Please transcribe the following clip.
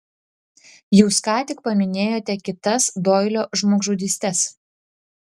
jūs ką tik paminėjote kitas doilio žmogžudystes